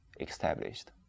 established